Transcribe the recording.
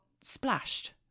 splashed